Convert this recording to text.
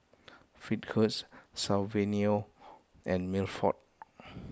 Fitzhugh Saverio and Milford